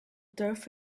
turf